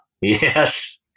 yes